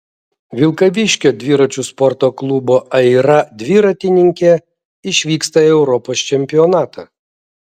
vilkaviškio dviračių sporto klubo aira dviratininkė išvyksta į europos čempionatą